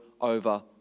over